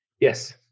Yes